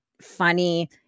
funny